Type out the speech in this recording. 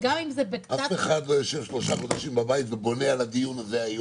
--- אף אחד לא יושב שלושה חודשים בבית ובונה על הדיון הזה היום.